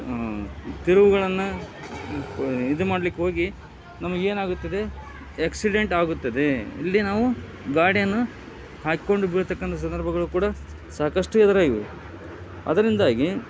ತಿರುವುಗಳನ್ನು ಇದು ಮಾಡ್ಲಿಕ್ಕೆ ಹೋಗಿ ನಮಗೇನಾಗುತ್ತದೆ ಎಕ್ಸಿಡೆಂಟ್ ಆಗುತ್ತದೆ ಇಲ್ಲಿ ನಾವು ಗಾಡಿಯನ್ನು ಹಾಕಿಕೊಂಡು ಬೀಳತಕ್ಕಂಥ ಸಂದರ್ಭಗಳು ಕೂಡ ಸಾಕಷ್ಟು ಎದುರಾಗಿವೆ ಅದರಿಂದಾಗಿ